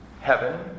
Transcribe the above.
heaven